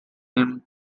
him